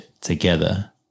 together